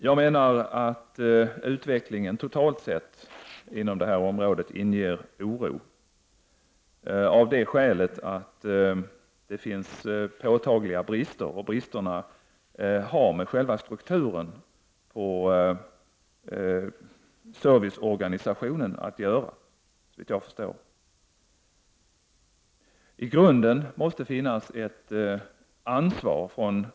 Jag menar att utvecklingen inom detta område, totalt sett, inger oro av det skälet att det finns påtagliga brister som har med själva strukturen på serviceorganisationen att göra.